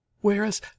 Whereas